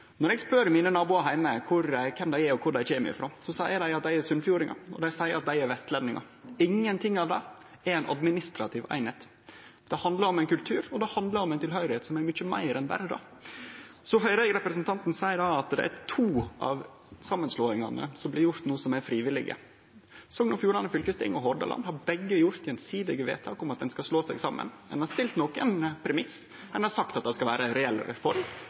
Når eg spør naboane mine heime kven dei er, og kvar dei kjem frå, seier dei at dei er sunnfjordingar, og dei seier at dei er vestlendingar. Ingenting av det er ei administrativ eining. Det handlar om ein kultur, og det handlar om ei tilhøyrsle som er mykje meir enn berre det. Så høyrer eg representanten seie at to av samanslåingane som blir gjorde no, er frivillige. Sogn og Fjordane fylkesting og Hordaland fylkesting har begge gjort gjensidige vedtak om at ein skal slå seg saman. Ein har stilt nokre premissar: Ein har sagt at det skal vere ein reell reform